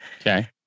Okay